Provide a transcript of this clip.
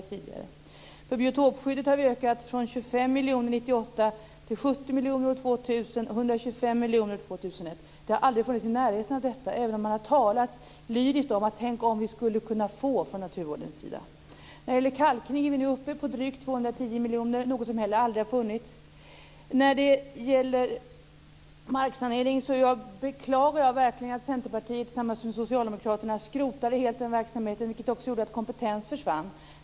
För biotopskyddet har vi ökat från 25 miljoner 1998 till 70 miljoner år 2000 och 125 miljoner år 2001. Vi har aldrig tidigare varit närheten av detta även om man har talat lyriskt om det - och sagt: Tänk om vi skulle kunna få .- från naturvårdens sida. När det gäller kalkning är vi nu uppe på drygt 210 miljoner kronor, något som heller aldrig tidigare har funnits. När det gäller marksanering beklagar jag verkligen att Centerpartiet tillsammans med Socialdemokraterna helt skrotade verksamheten. Det gjorde också att kompetens försvann.